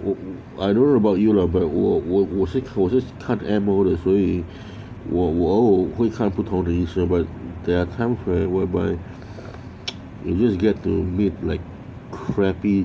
我 I don't know about you lah but 我我我是我是看的所以我我偶尔会看不同的医生 but there are times where whereby you just get to meet like crappy